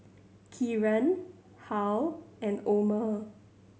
Kieran Harl and Omer